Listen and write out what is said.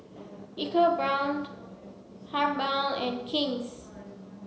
EcoBrown Habhal and King's